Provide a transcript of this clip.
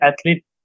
athlete